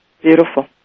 Beautiful